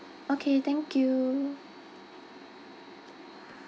okay thank you